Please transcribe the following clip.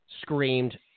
screamed